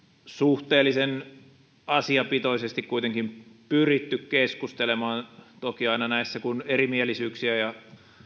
suhteellisen asiapitoisesti kuitenkin pyritty keskustelemaan toki aina näissä kun on erimielisyyksiä ja